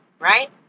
right